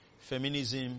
feminism